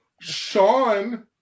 Sean